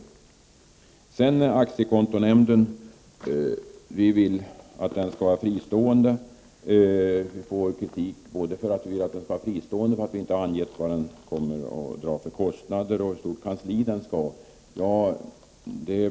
Vi reservanter vill att aktiekontonämnden skall vara fristående. Vi får kritik både för att vi vill att den skall vara fristående och för att vi inte har angett vilka kostnader den kommer att dra och hur stort dess kansli skall vara.